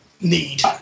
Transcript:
need